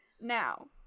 Now